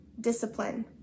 discipline